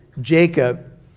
Jacob